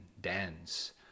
dance